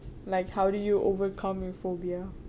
like how do you overcome your phobia